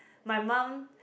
my mum